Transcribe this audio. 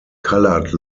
colored